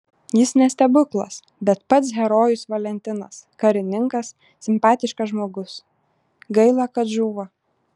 jis ne stebuklas bet pats herojus valentinas karininkas simpatiškas žmogus gaila kad žūva